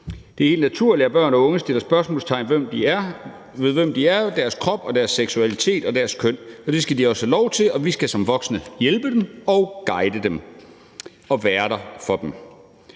Det er helt naturligt, at børn og unge sætter spørgsmålstegn ved, hvem de er, deres krop, deres seksualitet og deres køn, og det skal de også have lov til, og vi skal som voksne hjælpe dem og guide dem og være der for dem.